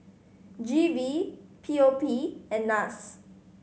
G V P O P and NAS